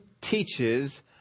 teaches